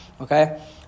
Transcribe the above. Okay